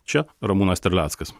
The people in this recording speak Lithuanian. čia ramūnas terleckas